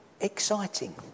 exciting